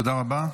תודה רבה.